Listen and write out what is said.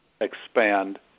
expand